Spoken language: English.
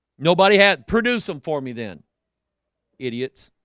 nobody had produced them for me then idiots.